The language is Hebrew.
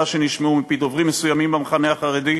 שנשמעו מפי דוברים מסוימים במחנה החרדי,